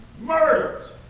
murders